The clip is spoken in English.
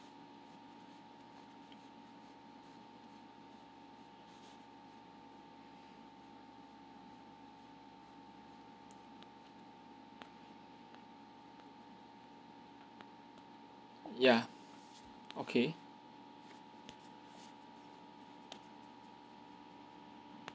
ya okay